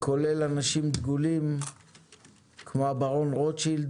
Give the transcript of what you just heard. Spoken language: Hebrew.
כולל אנשים דגולים כמו הברון רוטשילד,